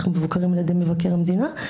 אנחנו מבוקרים על ידי מבקר המדינה.